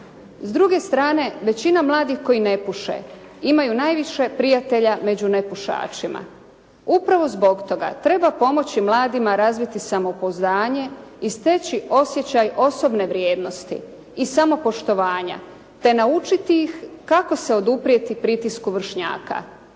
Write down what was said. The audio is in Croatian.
S druge strane većina mladih koji ne puše imaju najviše prijatelja među nepušačima. Upravo zbog toga treba pomoći mladima razviti samopouzdanje i steći osjećaj osobne vrijednosti i samopoštovanje, te naučiti ih kako se oduprijeti pritisku vršnjaka.